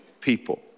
people